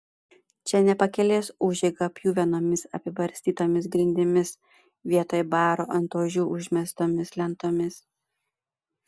čia ne pakelės užeiga pjuvenomis apibarstytomis grindimis vietoj baro ant ožių užmestomis lentomis